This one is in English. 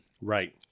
Right